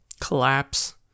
collapse